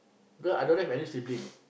cause I don't have any sibling